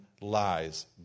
lies